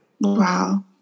Wow